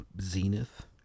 zenith